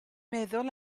meddwl